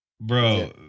Bro